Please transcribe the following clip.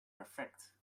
perfect